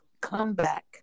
comeback